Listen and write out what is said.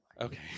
Okay